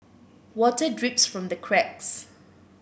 water drips from the cracks